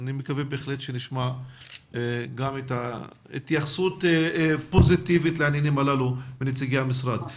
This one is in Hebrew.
אני מקווה שנשמע התייחסות פוזיטיבית מנציגי המשרד לעניינים האלה.